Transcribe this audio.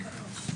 כן.